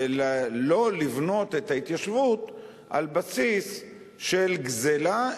ולא לבנות את ההתיישבות על בסיס של גזלה,